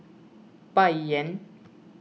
Bai Yan